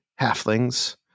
halflings